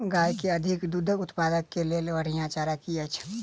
गाय केँ अधिक दुग्ध उत्पादन केँ लेल बढ़िया चारा की अछि?